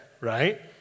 right